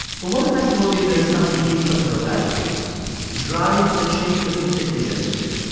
but what if i told you there is something deeper to those attitudes drives that shape the music we listen to,